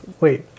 wait